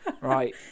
right